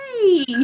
hey